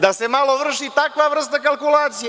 Da se malo vrši takva vrsta kalkulacije.